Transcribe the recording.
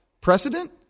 precedent